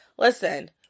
Listen